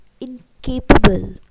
incapable